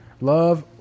Love